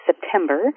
September